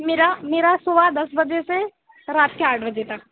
मेरा मेरा सुबह दस बजे से रात के आठ बजे तक